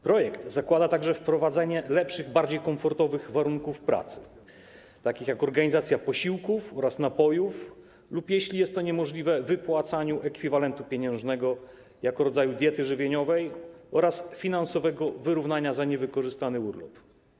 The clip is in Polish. Projekt zakłada także wprowadzenie lepszych, bardziej komfortowych warunków pracy, takich jak organizowanie posiłków oraz napojów lub, jeśli jest to niemożliwe, wypłacanie ekwiwalentu pieniężnego jako rodzaju diety żywieniowej oraz wyrównanie finansowe za niewykorzystany urlop.